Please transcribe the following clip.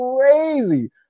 crazy